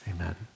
amen